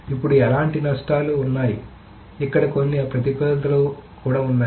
ఇప్పుడు ఎలాంటి నష్టాలు ఉన్నాయి అక్కడ కొన్ని ప్రతికూలతలు కూడా ఉన్నాయి